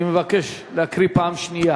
אני מבקש להקריא פעם שנייה.